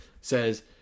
says